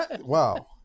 Wow